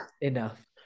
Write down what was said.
enough